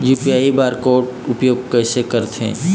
UPI bar code के उपयोग कैसे करथें?